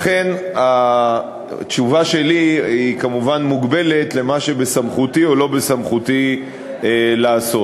לכן התשובה שלי היא כמובן מוגבלת למה שבסמכותי או לא בסמכותי לעשות,